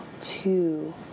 two